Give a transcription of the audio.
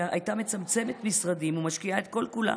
הייתה מצמצמת משרדים ומשקיעה את כל-כולה